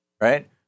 right